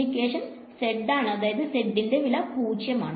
Z ആണ് അതായത് Z ന്റെ വില 0 ആണ്